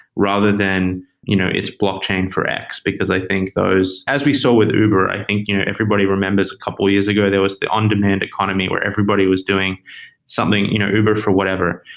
rather than you know it's blockchain for x, because i think those as we saw with uber, i think you know remembers a couple years ago, there was the on-demand economy where everybody was doing something you know uber for whatever.